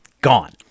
gone